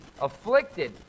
afflicted